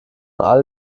all